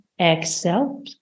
Exhale